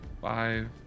Five